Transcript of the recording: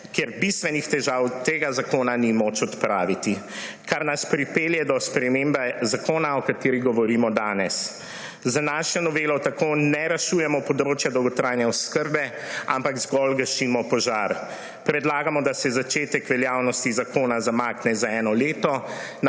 kjer bistvenih težav tega zakona ni moč odpraviti, kar nas pripelje do spremembe zakona, o kateri govorimo danes. Z našo novelo tako ne rešujemo področja dolgotrajne oskrbe, ampak zgolj gasimo požar. Predlagamo, da se začetek veljavnosti zakona zamakne za eno leto,